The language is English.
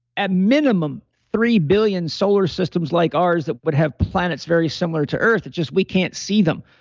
at minimum three billion solar systems like ours that would have planets very similar to earth it's just we can't see them.